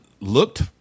looked